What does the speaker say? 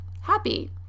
happy